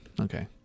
okay